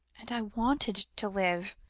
and i wanted to live,